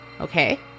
Okay